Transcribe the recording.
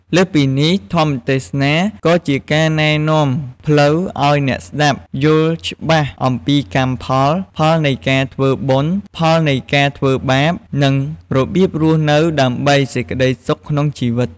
លើសពីនេះ ធម្មទេសនាក៏ជាការណែនាំផ្លូវឲ្យអ្នកស្តាប់យល់ច្បាស់អំពីកម្មផល ផលនៃការធ្វើបុណ្យ ផលនៃការធ្វើបាប និងរបៀបរស់នៅដើម្បីសេចក្តីសុខក្នុងជីវិត។